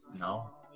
No